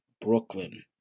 Brooklyn